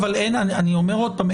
אני אומר עוד פעם,